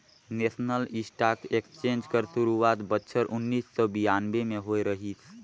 national stock exchange कर सुरवात बछर उन्नीस सव बियानबें में होए रहिस